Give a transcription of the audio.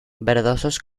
verdosos